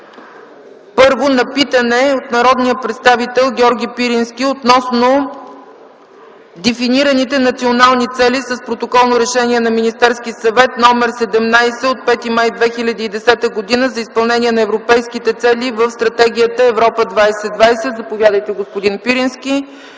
първо, на питане от народния представител Георги Пирински относно дефинираните национални цели с Протоколно решение на Министерския съвет № 17 от 5 май 2010 г. за изпълнение на европейските цели в Стратегията „Европа 2020”. Заповядайте, господин Пирински,